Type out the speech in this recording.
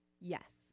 Yes